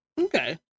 Okay